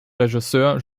regisseur